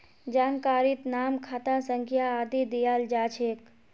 जानकारीत नाम खाता संख्या आदि दियाल जा छेक